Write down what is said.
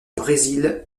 brésil